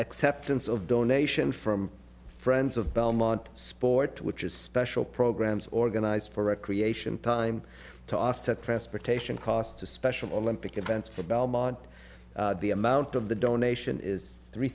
acceptance of donation from friends of belmont sport which is special programs organized for recreation time to offset transportation costs to special olympic events for belmont the amount of the donation is three